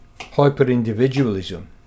hyper-individualism